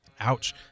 Ouch